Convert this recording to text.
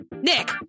Nick